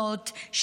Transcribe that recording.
מיגוניות,